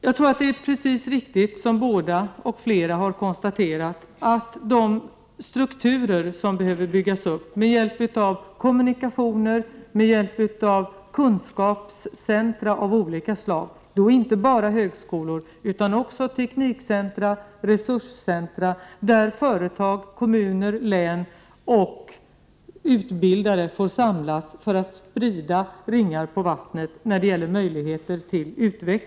Jag tror att det är alldeles riktigt som de båda och flera andra har konstaterat, att strukturer behöver byggas upp med hjälp av kommunikationer och med hjälp av kunskapscentra av olika slag — inte bara högskolor utan också teknikcentra och resurscentra, där företag, kommuner, län och utbildare får samlas för att sprida möjligheterna till utveckling som ringar på vattnet.